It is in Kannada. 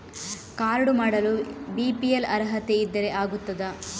ಕಾರ್ಡು ಮಾಡಲು ಬಿ.ಪಿ.ಎಲ್ ಅರ್ಹತೆ ಇದ್ದರೆ ಆಗುತ್ತದ?